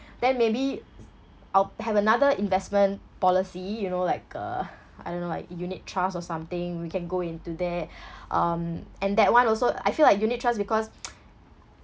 then maybe I'll have another investment policy you know like uh I don't know like unit trust or something we can go into that um and that one also I feel like unit trust because